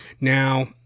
Now